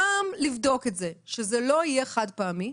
גם לבדוק את זה שזה לא יהיה חד פעמי,